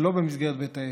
שלא במסגרת בית העסק,